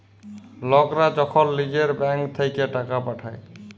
লকরা যখল লিজের ব্যাংক থ্যাইকে টাকা পাঠায়